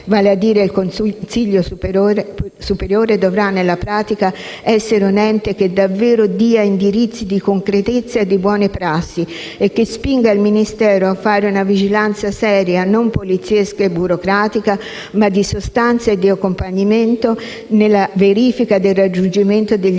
vale a dire il consiglio superiore, dovrà, nella pratica, essere un ente che davvero dia indirizzi di concretezza e di buone prassi e che spinga il Ministero a fare una vigilanza seria, non poliziesca e burocratica ma di sostanza e di accompagnamento nella verifica del raggiungimento degli scopi